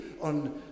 on